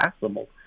possible